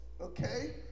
okay